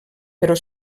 però